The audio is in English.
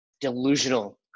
delusional